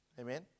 Amen